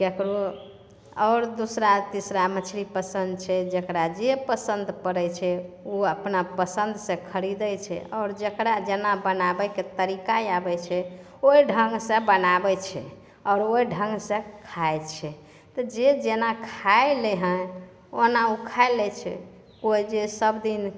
केकरो आओर दुसरा तिसरा मछली पसन्द छै जेकरा जे पसन्द पड़ैत छै ओ अपना पसनद से खरीदै छै आओर जेकरा जेना बनाबैके तरीका आबै छै ओइहि ढङ्ग से बनाबै छै आओर ओहि ढङ्ग से खाइ छै तऽ जे जेना खाइ एलै हँ ओना ओ खाइ लै छै केओ जे सब दिन